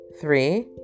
Three